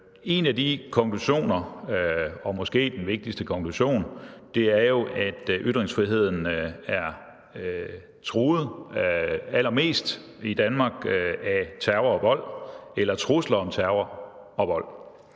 En af de konklusioner, og måske den vigtigste konklusion, er jo, at ytringsfriheden er truet allermest i Danmark af terror og vold eller trusler om terror og vold.